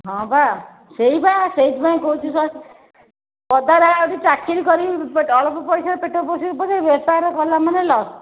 ହଁ ବା ସେଇ ବା ସେଇଥିପାଇଁ କହୁଛି ଯଦି ଚାକିରି କରିବି ଅଳ୍ପ ପଇସାରେ ପେଟ ପୋଷିବି ପଛେ ବେପାର କଲା ମାନେ ଲସ୍